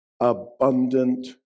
Abundant